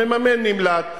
המממן נמלט,